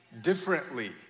differently